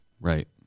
Right